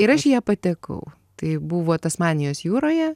ir aš į ją patekau tai buvo tasmanijos jūroje